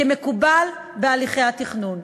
כמקובל בהליכי התכנון.